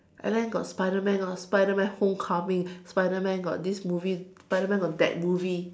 and then got spiderman got spiderman Homecoming spiderman got this movie spiderman got that movie